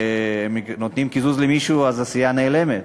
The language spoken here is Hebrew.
וכשנותנים קיזוז למישהו אז הסיעה נעלמת.